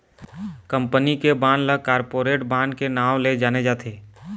company के bond ल corporate bond के नांव ले जाने जाथे